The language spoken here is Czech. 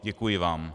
Děkuji vám.